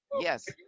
Yes